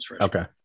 Okay